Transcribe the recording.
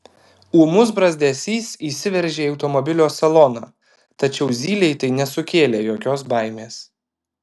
ūmus brazdesys įsiveržė į automobilio saloną tačiau zylei tai nesukėlė jokios baimės